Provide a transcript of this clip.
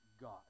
god